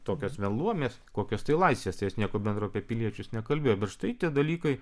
tokios beluomės kokios tai laisvės tai jos nieko bendro apie piliečius nekalbėjo bet štai tie dalykai